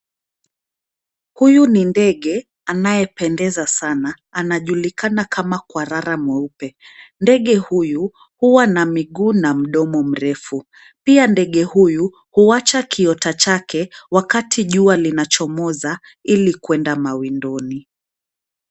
Huyu ni ndege anayependeza sana anajulikana kama kwarara mweupe. Ndege huyu huwa na miguu na mdomo mrefu. Pia ndege huyu huacha kiota chake wakati jua linachomoza ili kwenda mawindoni.